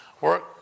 work